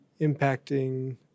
impacting